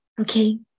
Okay